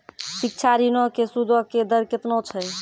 शिक्षा ऋणो के सूदो के दर केतना छै?